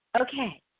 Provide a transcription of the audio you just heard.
okay